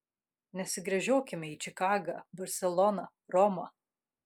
nesigręžiokime į čikagą barseloną romą